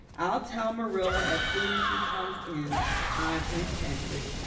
i'll tell marilla as soon as she comes in i've repented.